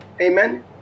amen